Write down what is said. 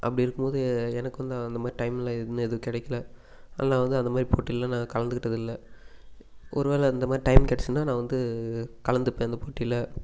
அப்படி இருக்கும் போது எனக்கு வந்து அந்த மாதிரி டைமில் நின்று எதுவும் கிடைக்கல அதனால் நான் வந்து அந்த மாதிரி போட்டியில் நான் கலந்துக்கிட்டதில்லை ஒரு வேலை இந்த மாதிரி டைம் கிடச்சிதுனா நான் வந்து கலந்துப்பேன் இந்த போட்டியில்